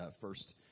first